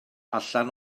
allan